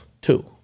Two